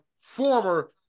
former